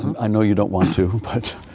i know you don't want to, but